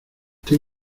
ten